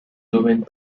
domaine